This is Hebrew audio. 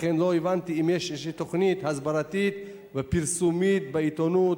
לכן לא הבנתי אם יש איזו תוכנית הסברתית ופרסומית בעיתונות